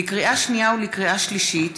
לקריאה שנייה ולקריאה שלישית: